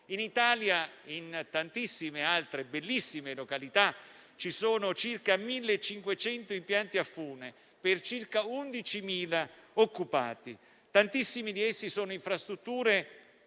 In Italia, in tantissime e bellissime località, ci sono circa 1.500 impianti a fune, per circa 11.000 occupati. Tantissimi di tali impianti sono infrastrutture